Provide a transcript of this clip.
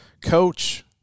coach